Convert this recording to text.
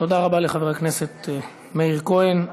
תודה רבה לחבר הכנסת מאיר כהן.